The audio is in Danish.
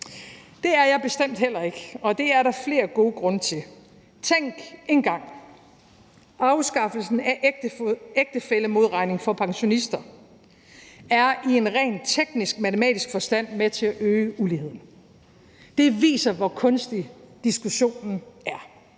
Det er jeg bestemt heller ikke, og det er der flere gode grunde til. Tænk engang – afskaffelsen af ægtefællemodregning for pensionister er i en rent teknisk-matematisk forstand med til at øge uligheden. Det viser, hvor kunstig diskussionen er.